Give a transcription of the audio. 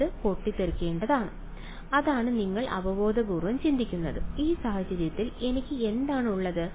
ഇത് പൊട്ടിത്തെറിക്കേണ്ടതാണ് അതാണ് നിങ്ങൾ അവബോധപൂർവ്വം ചിന്തിക്കുന്നത് ഈ സാഹചര്യത്തിൽ എനിക്ക് എന്താണ് ഉള്ളത്